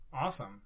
Awesome